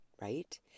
right